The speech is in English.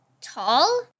Tall